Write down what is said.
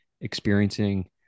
experiencing